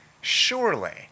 Surely